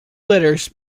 litters